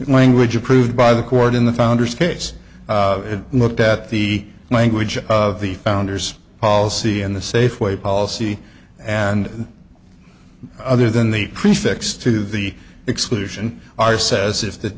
language approved by the court in the founders case it looked at the language of the founders policy and the safeway policy and other than the prefix to the exclusion are says if th